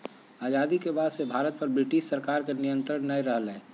आजादी के बाद से भारत पर ब्रिटिश सरकार के नियत्रंण नय रहलय